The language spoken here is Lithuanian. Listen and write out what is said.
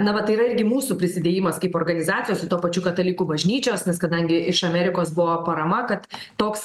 na va tai yra irgi mūsų prisidėjimas kaip organizacijos su tuo pačiu katalikų bažnyčios nes kadangi iš amerikos buvo parama kad toks